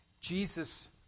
Jesus